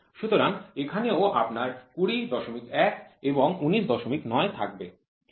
সুতরাং এখানেও আপনার ২০১ এবং ১৯৯ থাকবে